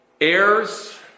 heirs